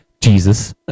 Jesus